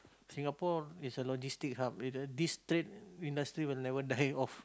Singapore is a logistic hub this trade industry will never die off